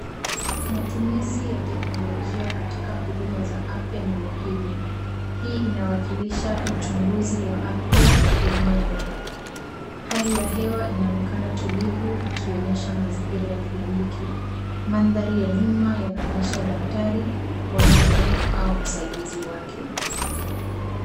Matumizi ya teknolojia katika huduma za afya ni muhimu. Hii inawakilisha uchunguzi wa afya ya meno. Hali ya hewa inaonekana tulivu ikionyesha mazingira ya kliniki. Mandhari ya nyuma yanaonyesha daktari wa meno au msaidizi wake.